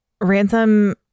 ransom